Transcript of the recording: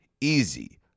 easy